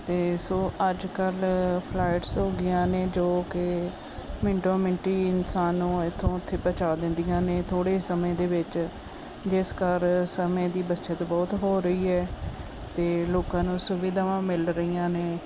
ਅਤੇ ਸੋ ਅੱਜ ਕੱਲ੍ਹ ਫਲਾਈਟਸ ਹੋ ਗਈਆਂ ਨੇ ਜੋ ਕਿ ਮਿੰਟੋ ਮਿੰਟੀ ਇਨਸਾਨ ਨੂੰ ਇੱਥੋਂ ਉੱਥੇ ਪਹੁੰਚਾ ਦਿੰਦੀਆਂ ਨੇ ਥੋੜ੍ਹੇ ਸਮੇਂ ਦੇ ਵਿੱਚ ਜਿਸ ਕਰਕੇ ਸਮੇਂ ਦੀ ਬੱਚਤ ਬਹੁਤ ਹੋ ਰਹੀ ਹੈ ਅਤੇ ਲੋਕਾਂ ਨੂੰ ਸੁਵਿਧਾਵਾਂ ਮਿਲ ਰਹੀਆਂ ਨੇ